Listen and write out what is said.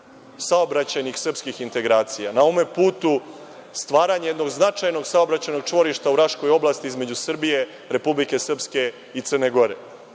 saobraćajnih srpskih integracija, na ovome putu stvaranja jednog značajnog saobraćajnog čvorišta u Raškoj oblasti između Srbije, Republike Srpske i Crne